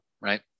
right